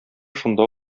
шунда